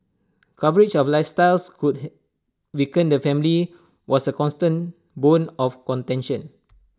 coverage of lifestyles could weaken the family was A constant bone of contention